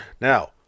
now